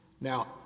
Now